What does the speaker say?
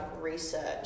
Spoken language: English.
research